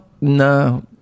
no